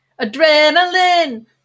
adrenaline